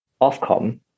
Ofcom